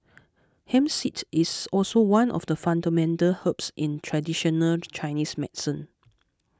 hemp seed is also one of the fundamental herbs in traditional Chinese medicine